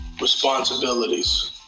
responsibilities